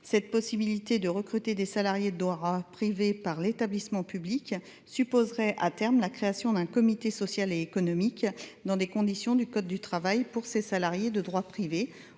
Cette possibilité de recruter des salariés de droit privé par l’établissement public supposerait à terme la création d’un comité social et économique dans les conditions du code du travail pour les salariés en question,